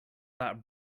not